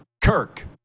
Kirk